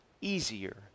easier